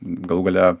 galų gale